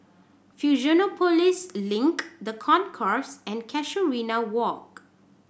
Fusionopolis Link The Concourse and Casuarina Walk